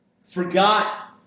forgot